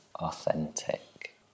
Authentic